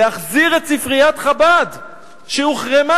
להחזיר את ספריית חב"ד שהוחרמה.